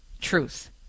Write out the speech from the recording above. Truth